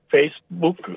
Facebook